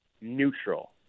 neutral